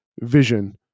vision